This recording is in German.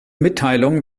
mitteilung